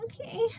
okay